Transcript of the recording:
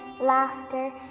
laughter